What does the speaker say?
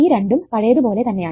ഈ രണ്ടും പഴയതുപോലെ തന്നെയാണ്